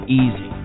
easy